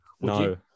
No